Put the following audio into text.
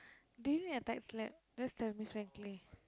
do you need a tight slap just tell me frankly